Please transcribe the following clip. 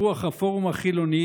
ברוח הפורום החילוני,